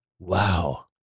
Wow